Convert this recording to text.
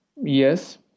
Yes